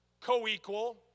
co-equal